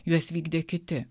juos vykdė kiti